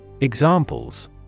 Examples